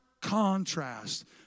contrast